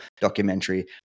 documentary